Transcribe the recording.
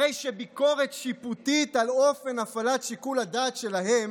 הרי שביקורת שיפוטית על אופן הפעלת שיקול הדעת שלהם